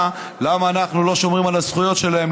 למה אנחנו לא שומרים על הזכויות שלהם,